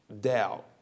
doubt